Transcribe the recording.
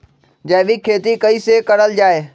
जैविक खेती कई से करल जाले?